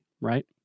right